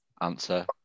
Answer